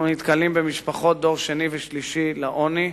נתקלים במשפחות דור שני ושלישי לעוני,